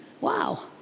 Wow